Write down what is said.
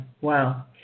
wow